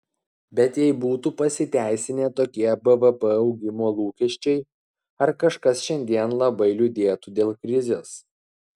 bet jei būtų pasiteisinę tokie bvp augimo lūkesčiai ar kažkas šiandien labai liūdėtų dėl krizės